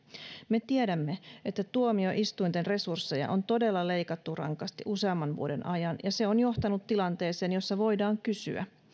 me tiedämme että tuomioistuinten resursseja on todella leikattu rankasti useamman vuoden ajan ja se on johtanut tilanteeseen jossa voidaan kysyä